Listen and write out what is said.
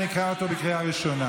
תראו את השקר הגדול של התקציב.